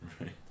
right